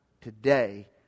today